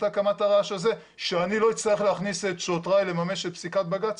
הקמת הרעש הזה שאני לא אצטרך להכניס את שוטריי לממש את פסיקת בג"צ?